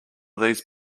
these